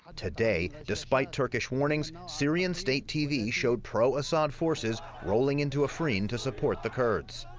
today, despite turkish warnings, syrian state tv showed pro-assad forces rolling into afrin to support the kurds.